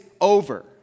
over